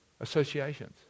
Associations